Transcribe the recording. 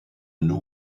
new